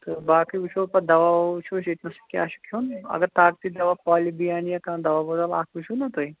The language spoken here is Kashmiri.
تہٕ باقٕے وُچھو پَتہٕ دوا وَوا وُچھو أسۍ ییٚتہِ نَس کیٛاہ چھُ کھیوٚن اَگر طاقتی دَوا پالہِ بِیان یا کانٛہہ دوا بوتل اَکھ وُچھِو نا تُہۍ